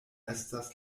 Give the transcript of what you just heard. estas